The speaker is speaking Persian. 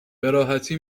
براحتی